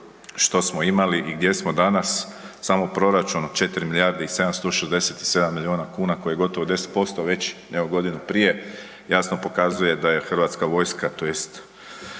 što smo imali i gdje smo danas, samo proračun od 4 milijarde i 767 milijuna kuna koji je gotovo 10% veći nego godinu prije, jasno pokazuje da je Hrvatska vojska, tj.